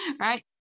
right